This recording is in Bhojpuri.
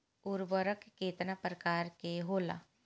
उर्वरक केतना प्रकार के होला?